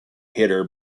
hitter